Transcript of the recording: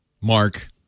Mark